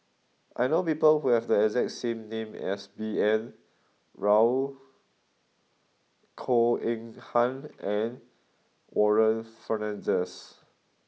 I know people who have the exact name as B N Rao Goh Eng Han and Warren Fernandez